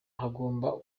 hagomba